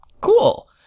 cool